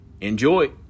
Enjoy